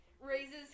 raises